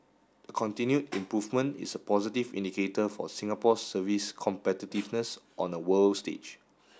the continued improvement is a positive indicator for Singapore's service competitiveness on a world stage